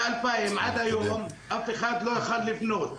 מ-2000 ועד היום אף אחד לא היה יכול לבנות,